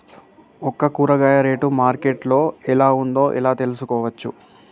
ఒక కూరగాయ rate market లో ఎలా ఉందో ఎలా తెలుసుకోవచ్చు?